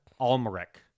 Almeric